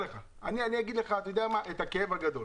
אגיד לך את הכאב הגדול.